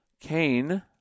Cain